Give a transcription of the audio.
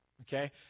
okay